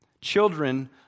Children